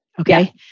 Okay